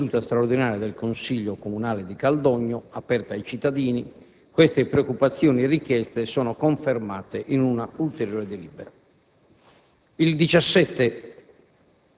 In data 15 novembre, in una seduta straordinaria del consiglio comunale di Caldogno, aperta ai cittadini, queste preoccupazioni e richieste sono confermate in una ulteriore delibera.